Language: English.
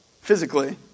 physically